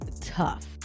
tough